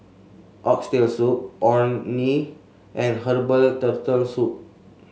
Oxtail Soup Orh Nee and Herbal Turtle Soup